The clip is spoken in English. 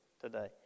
today